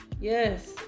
Yes